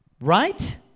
Right